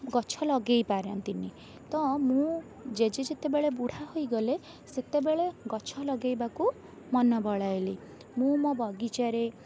ଗଛ ଲଗାଇ ପାରନ୍ତିନି ତ ମୁଁ ଜେଜେ ଯେତେବେଳେ ବୁଢ଼ା ହୋଇଗଲେ ସେତେବେଳେ ଗଛ ଲଗାଇବାକୁ ମନ ବଳାଇଲି ମୁଁ ମୋ ବଗିଚାରେ